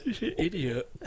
Idiot